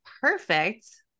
perfect